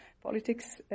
politics